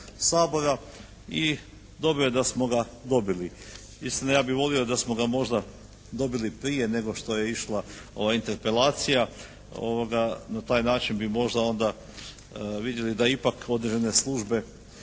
i dobro je da smo ga dobili. Mislim, ja bih volio da smo ga možda dobili prije nego što je išla ova Interpelacija. Na taj način bi možda onda vidjeli da ipak određene službe